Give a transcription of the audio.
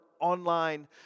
online